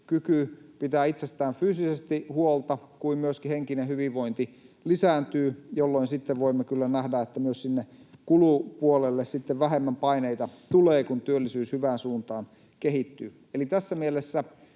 kyky pitää itsestään fyysisesti huolta kuin myöskin henkinen hyvinvointi lisääntyvät, jolloin sitten voimme kyllä nähdä, että myös kulupuolelle tulee vähemmän paineita, kun työllisyys kehittyy hyvään suuntaan. Eli tässä mielessä